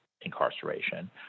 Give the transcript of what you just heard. incarceration